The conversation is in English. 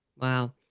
Wow